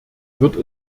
wird